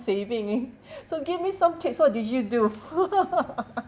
saving so give me some tips what did you do